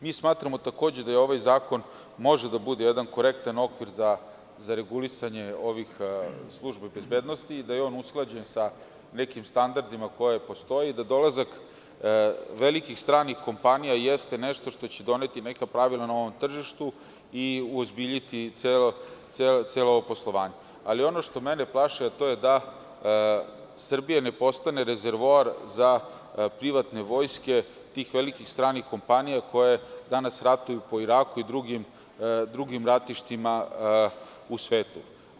Mi smatramo, takođe, da ovaj zakon može da bude jedan korektan okvir za regulisanje ovih službi bezbednosti, da je on usklađen sa nekim standardima koji postoje i da dolazak velikih stranih kompanija jeste nešto što će doneti neka pravila na ovom tržištu i uozbiljiti celo ovo poslovanje, ali ono što mene plaši to je da Srbija ne postane rezervoar za privatne vojske tih velikih stranih kompanija koje danas ratuju po Iraku i drugim ratištima u svetu.